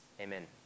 Amen